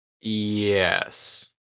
Yes